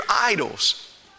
idols